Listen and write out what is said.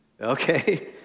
Okay